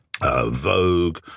Vogue